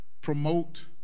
promote